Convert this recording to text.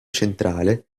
centrale